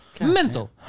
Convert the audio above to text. Mental